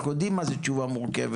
אנחנו יודעים מה זה תשובה מורכבת,